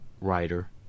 writer